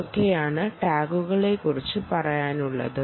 ഇതൊക്കെയാണ് ടാഗുകളെകുറിച്ച് പറയാനുള്ളത്